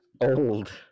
old